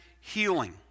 healing